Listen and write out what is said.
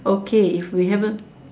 okay if we haven't